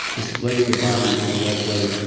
displaying the body in the right way.